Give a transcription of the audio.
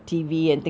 ya